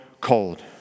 cold